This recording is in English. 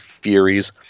furies